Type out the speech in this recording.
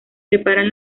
preparan